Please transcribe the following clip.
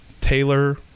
Taylor